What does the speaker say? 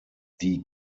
die